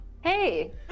Hey